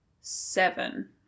seven